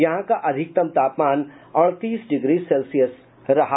यहां का अधिकतम तापमान अड़तीस डिग्री सेल्सियस रहा